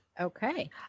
okay